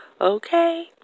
okay